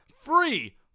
free